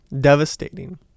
devastating